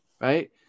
right